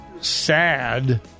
sad